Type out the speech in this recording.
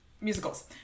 musicals